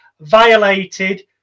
violated